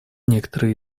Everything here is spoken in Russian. некоторые